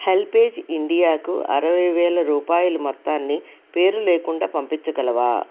HelpAge ఇండియాకు అరవై వేల రూపాయల మొత్తాన్ని పేరు లేకుండా పంపించగలవా